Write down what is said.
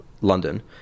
London